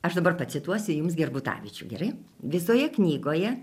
aš dabar pacituosiu jums gerbutavičių gerai visoje knygoje